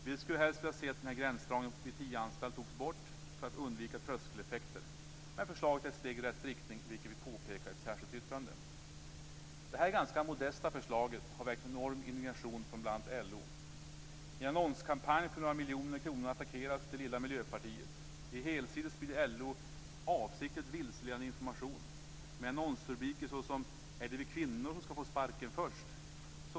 Vi skulle helst velat se att gränsdragningen vid tio anställda togs bort för att undvika tröskeleffekter, men förslaget är ett steg i rätt riktning, vilket vi påpekar i ett särskilt yttrande. Detta ganska modesta förslag har väckt en enorm indignation från bl.a. LO. I en annonskampanj för några miljoner kronor attackeras det lilla Miljöpartiet. I helsidor sprider LO avsiktligt vilseledande information. Med annonsrubriker såsom "Är det vi kvinnor som ska få sparken först?"